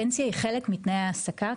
פנסיה היא חלק מתנאי העסקה,